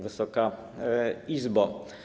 Wysoka Izbo!